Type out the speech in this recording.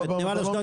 לא, לא.